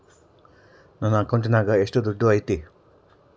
ನನ್ನ ಅಕೌಂಟಿನಾಗ ಎಷ್ಟು ದುಡ್ಡು ಐತಿ?